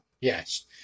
Yes